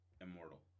immortal